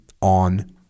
on